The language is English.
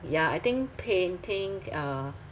yeah I think painting uh